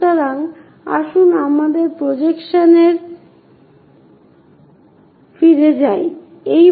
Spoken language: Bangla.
সুতরাং আসুন আমাদের প্রেজেন্টেশনে ফিরে যাই